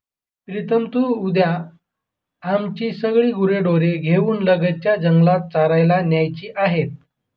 प्रीतम तू उद्या आमची सगळी गुरेढोरे घेऊन लगतच्या जंगलात चरायला न्यायची आहेत